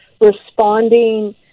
responding